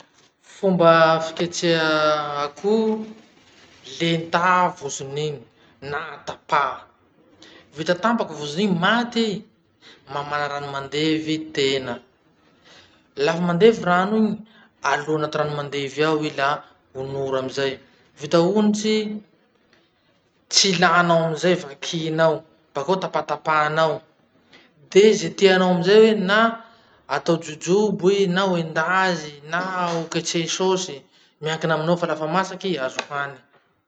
Fomba fiketreha akoho: letà vozon'iny na tapaha, vita tampaky vozon'iny maty i, mamana rano mandevy tena. Lafa mandevy rano igny, alona anaty rano mandevy ao i la onora amizay. Vita onotsy i, tsilahinao amizay vakinao, bakeo tapatapahanao. De ze teanao amizay na atao jojobo i na hoendazy na ho ketrehy sôsy. Miankina aminao fa lafa masaky i azo hany.